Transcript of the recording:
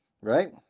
Right